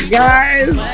guys